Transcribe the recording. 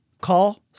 call